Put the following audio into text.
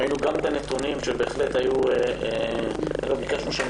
ראינו גם את הנתונים אגב ביקשנו שהם